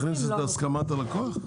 את יכולה להכניס בלי הסכמת הלקוח?